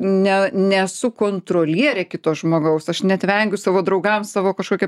ne nesu kontrolierė kito žmogaus aš net vengiu savo draugams savo kažkokią